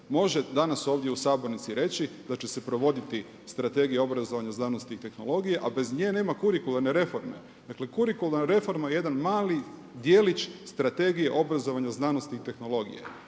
može danas ovdje u sabornici reći da će se provoditi Strategija obrazovanja, znanosti i tehnologije, a bez njena kurikularne reforme. Dakle, kurikularna reforma je jedan mali djelić Strategije obrazovanja, znanosti i tehnologije